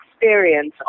experience